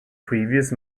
previous